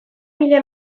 mila